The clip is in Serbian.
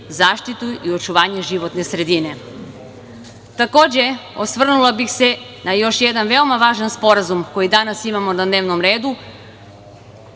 zaštitu i očuvanje životne sredine. Takođe, osvrnula bih se na još jedan veoma važan sporazum koji danas imamo na dnevnom redu,